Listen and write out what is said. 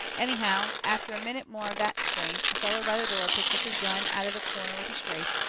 anyhow, after a minute more of that strain, a feller by the door picks up his gun out of the corner with a scrape,